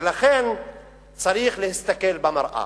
ולכן צריך להסתכל במראה.